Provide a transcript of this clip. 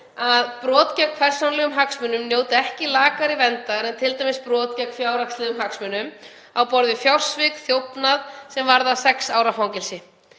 að brot gegn persónulegum hagsmunum njóti ekki lakari verndar en t.d. brot gegn fjárhagslegum hagsmunum á borð við fjársvik og þjófnað sem varða sex ára fangelsi.